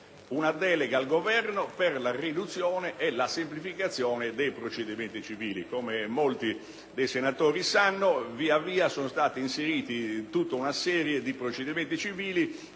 una delega al Governo per la riduzione e la semplificazione dei procedimenti civili. Come molti dei senatori sanno, sono stati inseriti diversi procedimenti civili